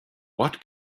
what